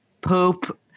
poop